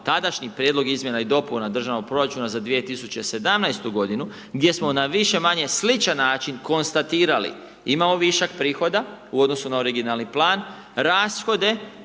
tadašnji prijedlog izmjena i dopuna državnog proračuna za 2017. g. gdje smo na više-manje sličan način konstatirali, imamo višak prihoda, u odnosu na originalni plan, rashode,